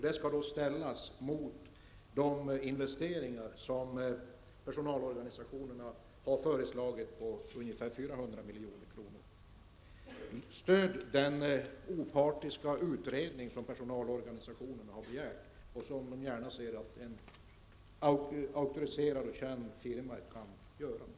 Det skall ställas mot de investeringar som personalorganisationerna har föreslagit på ungefär 400 milj.kr. Stöd den opartiska utredning som personalorganisationerna har begärt och som de gärna ser att en auktoriserad och känd firma kan göra!